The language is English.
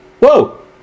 whoa